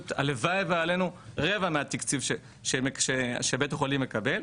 הלוואי והיה לנו רבע מהתקציב שבית החולים מקבל,